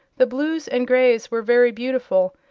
the blues and greys were very beautiful,